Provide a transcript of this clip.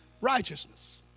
righteousness